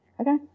Okay